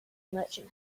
merchant